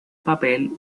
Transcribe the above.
papel